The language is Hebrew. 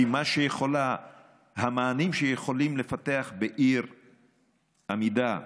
כי המענים שיכולים לפתח בעיר עמידה,